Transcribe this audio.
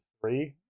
three